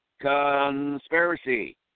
conspiracy